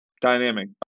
dynamic